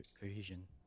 cohesion